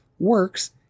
works